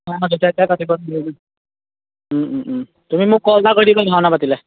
অঁ যেতিয়াই তেতিয়াই পাতিব তেতিয়াহ'লে তুমি মোক কল এটা কৰি দিবা ভাওনা পাতিলে